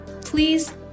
Please